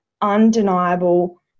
undeniable